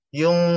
yung